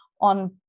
on